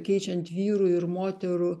keičiant vyrų ir moterų